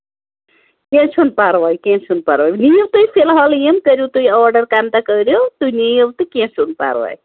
کیٚنٛہہ چھُنہٕ پَرواے کیٚنٛہہ چھُنہٕ پرواے یِیِو تُہۍ فِلحال یِم کٔرِو تُہۍ آرڈر کمہِ دۅہ کٔرِو تُہۍ نِیو تہٕ کیٚنٛہہ چھُنہٕ پَرواے